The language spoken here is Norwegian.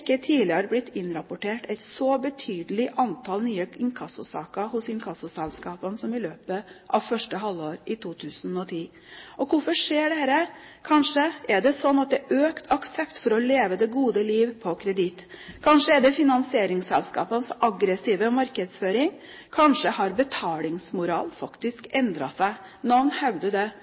tidligere blitt innrapportert et så betydelig antall nye inkassosaker hos inkassoselskapene som i løpet av første halvår 2010. Hvorfor skjer dette? Kanskje er det slik at det er økt aksept for å «leve det gode liv» på kreditt? Kanskje er det finansieringsselskapenes aggressive markedsføring? Kanskje har betalingsmoralen faktisk endret seg? Noen hevder det